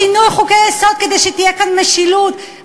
שינו חוקי-יסוד כדי שתהיה כאן משילות.